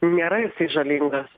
nėra jisai žalingas